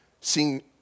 seeing